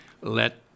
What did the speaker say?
let